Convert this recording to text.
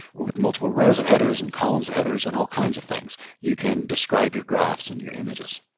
with multiple rows of headers, and columns of headers, and all kinds of things. you can describe your graphs and your images.